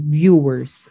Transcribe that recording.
viewers